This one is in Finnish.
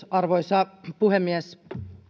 arvoisa puhemies